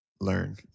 learn